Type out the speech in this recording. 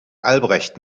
albrecht